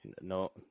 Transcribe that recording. No